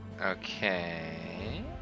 Okay